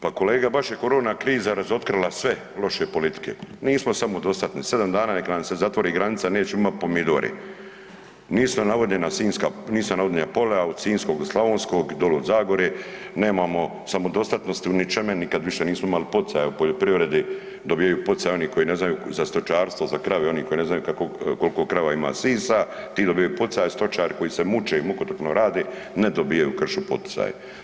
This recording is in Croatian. Pa kolega, baš je korona kriza razotkrila sve loše politike, nismo samodostatni, sedam dana nek' nam se zatvori granica nećemo imati pomidore, nisu navodnjena sinjska, nisu navodnjena polja od sinjskog do slavonskog, doli od Zagore, nemamo samodostatnosti u ničeme, nikad više nismo imali poticaja u poljoprivredi, dobivaju poticaje oni koji ne znaju za stočarstvo, za krave, oni koji ne znaju koliko krava ima sisa, ti dobivaju poticaje, stočari koji se muče i mukotrpno rade, ne dobivaju ... poticaje.